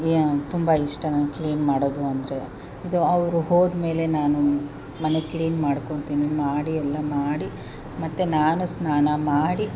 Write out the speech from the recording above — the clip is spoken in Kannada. ತುಂಬ ಇಷ್ಟ ನಾನು ಕ್ಲೀನ್ ಮಾಡೋದು ಅಂದರೆ ಇದು ಅವರು ಹೋದಮೇಲೆ ನಾನು ಮನೆ ಕ್ಲೀನ್ ಮಾಡ್ಕೊತೀನಿ ಮಾಡಿ ಎಲ್ಲ ಮಾಡಿ ಮತ್ತು ನಾನು ಸ್ನಾನ ಮಾಡಿ